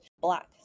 black